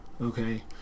okay